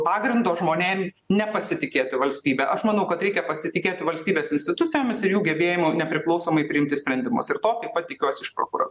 pagrindo žmonėm nepasitikėti valstybe aš manau kad reikia pasitikėti valstybės institucijomis ir jų gebėjimu nepriklausomai priimti sprendimus ir to taip pat tikiuosi iš prokura